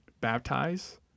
baptize